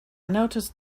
noticed